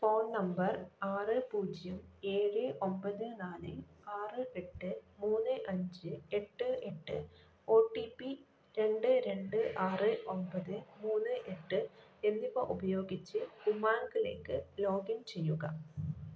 phone number ആറ് പൂജ്യം ഏഴ് ഒമ്പത് നാല് ആറ് എട്ട് മൂന്ന് അഞ്ച് എട്ട് എട്ട് ഒ ടി പി രണ്ട് രണ്ട് ആറ് ഒമ്പത് മൂന്ന് എട്ട് എന്നിവ ഉപയോഗിച്ച് ഉമാങ്കിലേക്ക് ലോഗിൻ ചെയ്യുക